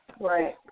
Right